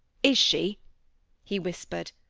is she he whispered,